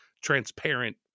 transparent